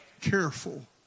careful